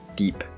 deep